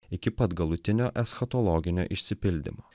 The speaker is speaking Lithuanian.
iki pat galutinio eschatologinio išsipildymo